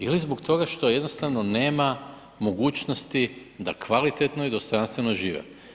Ili zbog toga što jednostavno nema mogućnosti da kvalitetno i dostojanstveno žive.